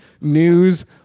news